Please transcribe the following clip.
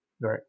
Right